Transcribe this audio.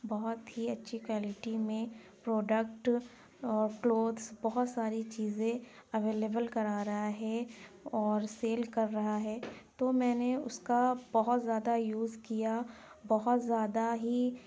بہت ہی اچھی کوالیٹی میں پروڈکٹ اور کلوتھس بہت ساری چیزیں اویلیبل کرا رہا ہے اور سیل کر رہا ہے تو میں نے اس کا بہت زیادہ یوز کیا بہت زیادہ ہی